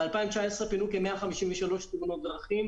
ב-2019 פינו כ-153 תאונות דרכים.